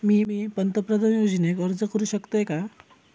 मी पंतप्रधान योजनेक अर्ज करू शकतय काय?